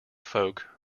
folk